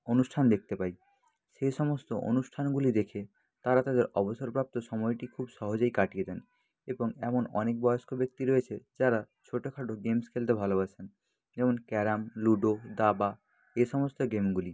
অনুষ্ঠান দেখতে পাই সেই সমস্ত অনুষ্ঠানগুলি দেখে তারা তাদের অবসরপ্রাপ্ত সময়টি খুব সহজেই কাটিয়ে দেন এবং এমন অনেক বয়স্ক ব্যক্তি রয়েছে যারা ছোটখাটো গেমস খেলতে ভালোবাসেন যেমন ক্যারাম লুডো দাবা এই সমস্ত গেমগুলি